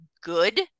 good